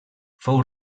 fou